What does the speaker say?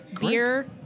Beer